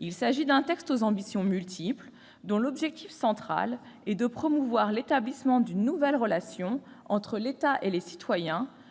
Il s'agit d'un texte aux ambitions multiples, dont l'objet central est de promouvoir l'établissement d'une nouvelle relation entre l'État et les citoyens,